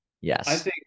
yes